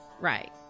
Right